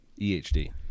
ehd